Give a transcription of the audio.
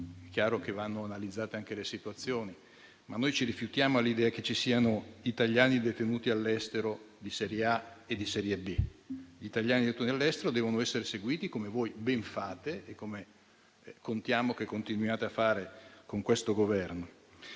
chiaro che vanno analizzate anche le situazioni, ma noi rifiutiamo l'idea che ci siano italiani detenuti all'estero di serie A e di serie B; gli italiani detenuti all'estero devono essere seguiti come voi ben fate e come contiamo che questo Governo